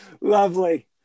Lovely